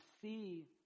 see